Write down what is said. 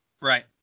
Right